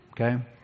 okay